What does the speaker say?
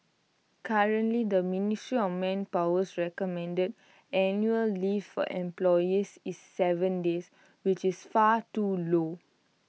currently the ministry of Manpower's recommended annual leave for employees is Seven days which is far too low